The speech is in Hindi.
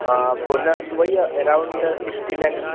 हाँ बोनस वही एराउंड सिक्सटी लेख्स